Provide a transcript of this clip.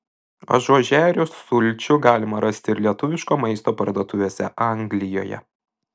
ažuožerių sulčių galima rasti ir lietuviško maisto parduotuvėse anglijoje